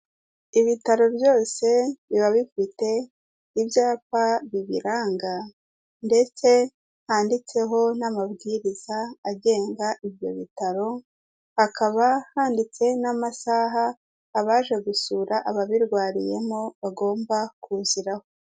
Ibitaro byose biba bifite ibyapa bibiranga ndetse handitseho n'amabwiriza agenga ibyo bitaro, hakaba handitse n'amasaha abaje gusura ababirwariyemo bagomba kuziraho.